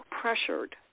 pressured